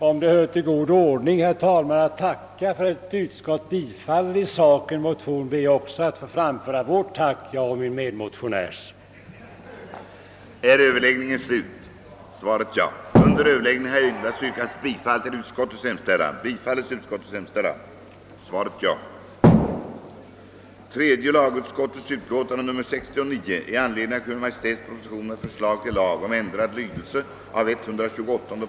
Om det hör till god ordning att tacka för att ett utskott i sak tillstyrkt en motion, ber jag också att få framföra mitt och min medmotionärs djupt kända tack.